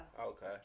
Okay